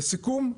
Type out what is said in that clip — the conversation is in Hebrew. לסיכום,